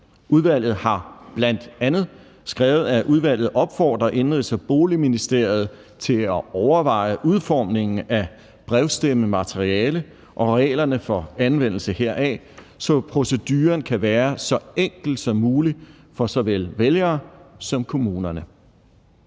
Udvalget har bl.a. skrevet, at udvalget opfordrer Indenrigs- og Boligministeriet til at overveje udformningen af brevstemmemateriale og reglerne for anvendelse heraf, så proceduren kan være så enkel som muligt for såvel vælgerne som kommunerne.